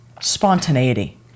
spontaneity